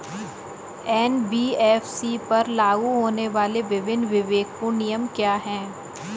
NBFC पर लागू होने वाले विभिन्न विवेकपूर्ण नियम क्या हैं?